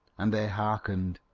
and they hearkened.